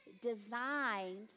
designed